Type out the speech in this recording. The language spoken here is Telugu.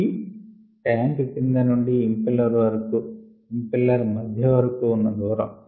C ట్యాంక్ క్రింది నుంచి ఇంపెల్లర్ మధ్య వరకు ఉన్న దూరం